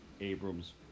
Abram's